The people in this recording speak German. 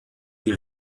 die